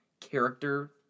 character